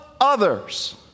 others